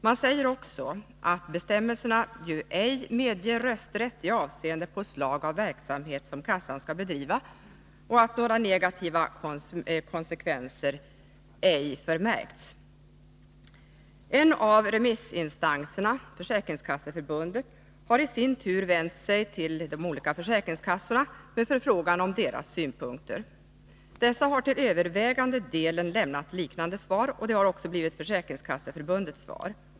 Man säger också att bestämmelserna ju ej medger rösträtt i avseende på slag av verksamhet som kassan skall bedriva och att några negativa konsekvenser ej förmärkts. En av remissinstanserna, Försäkringskasseförbundet, har i sin tur vänt sig till de olika försäkringskassorna med förfrågan om deras synpunkter. Dessa har till övervägande delen lämnat liknande svar, och det har också blivit Försäkringskasseförbundets svar.